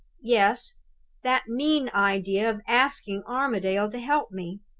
yes that mean idea of asking armadale to help me!